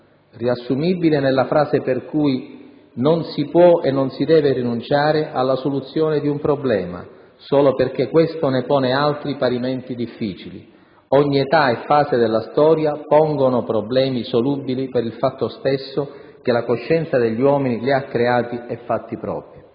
riassumibile nella frase per cui «non si può e non si deve rinunciare alla soluzione di un problema, solo perché questo ne pone altri parimenti difficili (...) ogni età e fase della storia pongono problemi solubili per il fatto stesso che la coscienza degli uomini li ha creati e fatti propri.